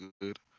good